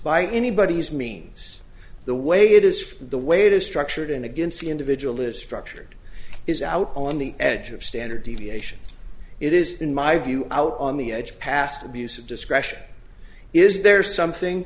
by anybody's means the way it is for the way it is structured and against the individual is structured is out on the edge of standard deviation it is in my view out on the edge past abuse of discretion is there something